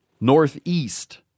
northeast